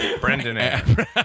Brendan